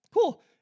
cool